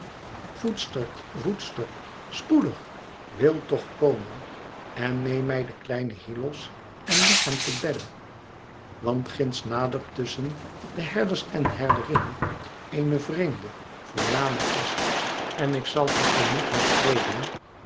voedster voedster spoedig wil toch komen en neem mij den kleinen hyllos en leg hem te bedde want ginds nadert tusschen de herders en herderinnen eene vreemde voorname gast en ik zal te gemoet haar treden